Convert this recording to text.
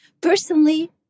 Personally